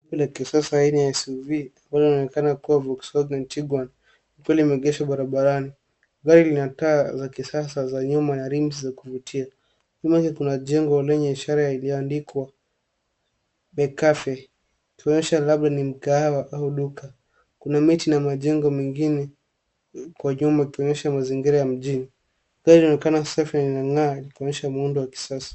Gari la kisasa aina ya SUV ambaylo linaoonekana kuwa Volkswagen Tiguan likiwa limeegeshwa barabarani. Gari lina taa za kisasa za nyuma na rims za kuvutia. Nyuma yake kuna jengo lenye ishara iliyoandikwa Le cafe likionyesha labda ni mkahawa au duka. Kuna miti na majengo mengine kwa nyuma ikionyesha mazingira ya mjini. Gari linaonekana safi na lina ng'aa likionyesha muundo wa kisasa.